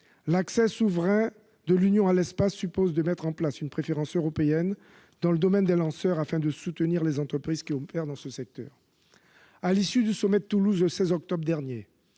L'accès souverain de l'Union européenne à l'espace suppose de mettre en place une préférence européenne dans le domaine des lanceurs, afin de soutenir les entreprises qui opèrent dans ce secteur. À l'issue du sommet de Toulouse, le 16 octobre dernier,